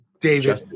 David